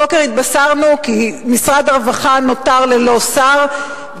הבוקר התבשרנו כי משרד הרווחה נותר ללא שר,